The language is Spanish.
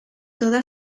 toda